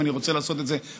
אם אני רוצה לעשות את זה מאוד